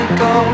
go